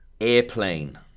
Airplane